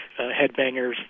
headbangers